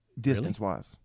distance-wise